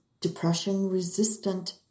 depression-resistant